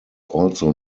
also